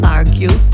argue